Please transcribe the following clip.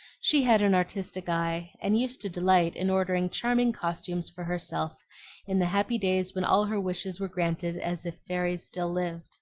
she had an artistic eye, and used to delight in ordering charming costumes for herself in the happy days when all her wishes were granted as if fairies still lived